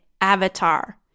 avatar